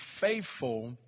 Faithful